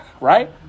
right